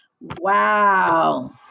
Wow